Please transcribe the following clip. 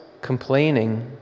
complaining